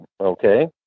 Okay